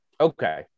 Okay